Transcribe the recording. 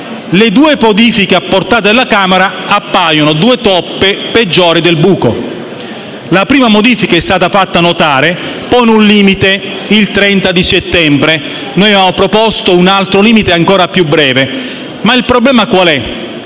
Le due modifiche apportate dalla Camera appaiono due toppe peggiori del buco. La prima modifica, come è stato fatto notare, pone un limite, il 30 settembre. Noi avevamo proposto un altro limite, ancora più breve; ma il problema è